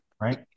Right